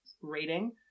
rating